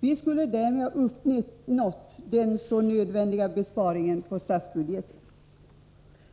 Vi skulle därmed ha uppnått den så nödvändiga besparingen på statsbudgeten.